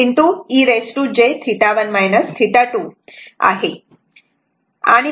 आहे तिथे काय लिहिलेले आहे आहे